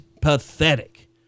pathetic